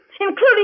including